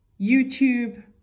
YouTube